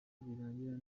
birangira